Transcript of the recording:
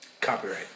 Copyright